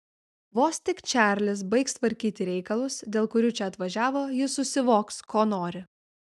vos tik čarlis baigs tvarkyti reikalus dėl kurių čia atvažiavo jis susivoks ko nori